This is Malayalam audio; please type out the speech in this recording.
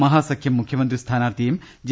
മഹാസഖ്യം മുഖ്യമന്ത്രി സ്ഥാനാർത്ഥിയും ജെ